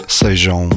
sejam